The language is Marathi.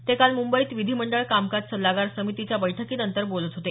ते काल मुंबईत विधिमंडळ कामकाज सल्लागार समितीच्या बैठकीनंतर बोलत होते